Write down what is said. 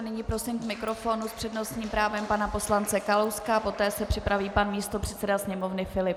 Nyní prosím k mikrofonu s přednostním právem pana poslance Kalouska a poté se připraví pan místopředseda Sněmovny Filip.